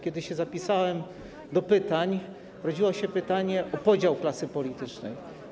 Kiedy się zapisałem do pytań, rodziło się pytanie o podział klasy politycznej.